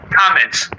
comments